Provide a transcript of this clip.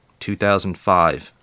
2005